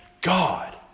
God